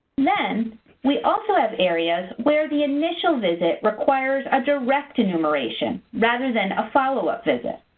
then we also have areas where the initial visit requires a directed enumeration, rather than follow up visit.